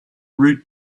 route